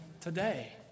today